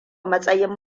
matsayin